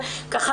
פרקטית.